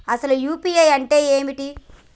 అసలు యూ.పీ.ఐ అంటే ఏమిటి?